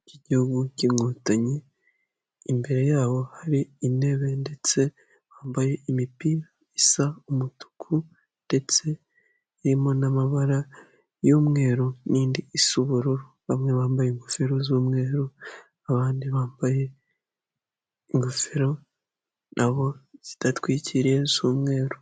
ry'igihugu cy'inkotanyi, imbere yabo hari intebe ndetse bambaye imipira isa umutuku, ndetse irimo n'amabara y'umweru, n'indi isa ubururu, bamwe bambaye ingofero z'umweru, abandi bambaye ingofero nabo zidatwikiriye z'umweru.